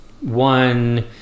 One